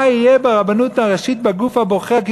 מה יהיה ברבנות הראשית בגוף הבוחר.